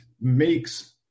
makes